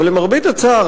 אבל למרבה הצער,